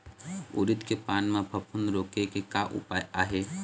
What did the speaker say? उरीद के पान म फफूंद रोके के का उपाय आहे?